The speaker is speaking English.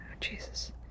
Jesus